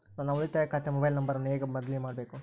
ನನ್ನ ಉಳಿತಾಯ ಖಾತೆ ಮೊಬೈಲ್ ನಂಬರನ್ನು ಹೆಂಗ ಬದಲಿ ಮಾಡಬೇಕು?